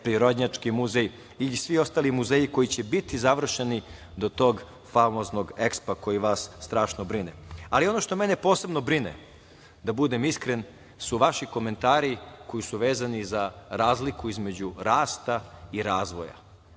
Prirodnjački muzej i svi ostali muzeji koji će biti završeni do tog famoznog EKSPA koji vas strašno brine. Ono što mene posebno brine, da budem iskren, su vaši komentari koi su vezani za razliku između rasta i razvoja